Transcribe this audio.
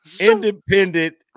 independent